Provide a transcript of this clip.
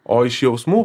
o iš jausmų